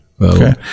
Okay